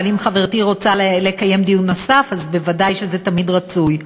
אבל אם חברתי רוצה לקיים דיון נוסף אז ודאי שזה תמיד רצוי.